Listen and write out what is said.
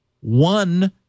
one